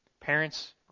Parents